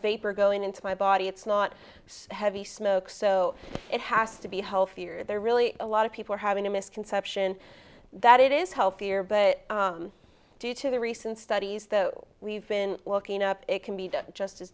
vapor going into my body it's not heavy smoke so it has to be healthier there really a lot of people having a misconception that it is healthier but due to the recent studies that we've been looking up it can be done just as